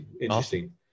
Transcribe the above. Interesting